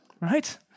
right